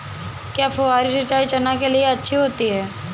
क्या फुहारी सिंचाई चना के लिए अच्छी होती है?